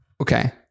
Okay